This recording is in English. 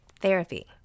Therapy